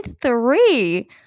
three